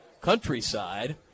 Countryside